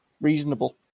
reasonable